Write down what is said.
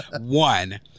One